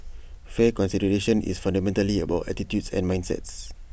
fair consideration is fundamentally about attitudes and mindsets